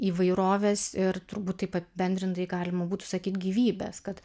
įvairovės ir turbūt taip apibendrintai galima būtų sakyt gyvybės kad